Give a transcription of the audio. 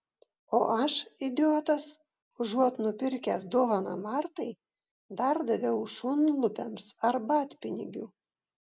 o aš idiotas užuot nupirkęs dovaną martai dar daviau šunlupiams arbatpinigių